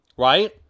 right